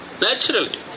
Naturally